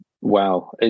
wow